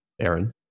Aaron